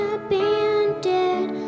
abandoned